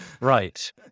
Right